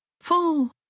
Full